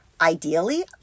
ideally